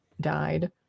died